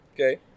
Okay